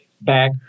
back